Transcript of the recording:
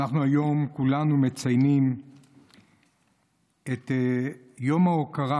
אנחנו היום כולנו מציינים את יום ההוקרה